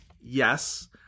Yes